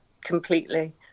completely